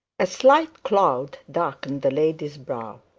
a slight cloud darkened the lady's brow.